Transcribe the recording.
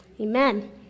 Amen